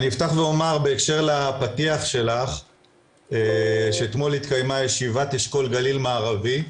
אני אפתח ואומר בהקשר לפתיח שלך שאתמול התקיימה ישיבת אשכול גליל מערבי,